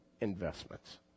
investments